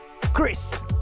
chris